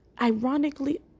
ironically